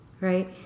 right